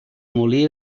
molí